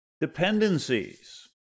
dependencies